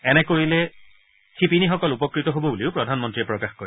এনে কৰিলে শিপিনীসকল উপকৃত হব বুলিও প্ৰধানমন্ত্ৰীয়ে প্ৰকাশ কৰে